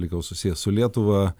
likau susijęs su lietuva